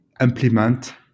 implement